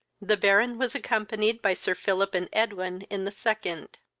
the baron was accompanied by sir philip and edwin in the second.